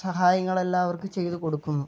സഹായങ്ങൾ എല്ലാം അവർക്ക് ചെയ്ത് കൊടുക്കുന്നു